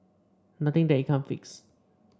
nothing that it can't fix